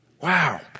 Wow